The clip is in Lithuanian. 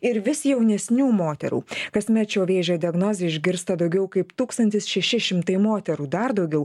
ir vis jaunesnių moterų kasmet šio vėžio diagnozę išgirsta daugiau kaip tūkstantis šeši moterų dar daugiau